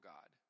God